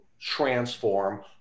transform